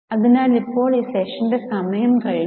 അതിനാൽ ഇപ്പോൾ ഈ സെഷന്റെ സമയം കഴിഞ്ഞു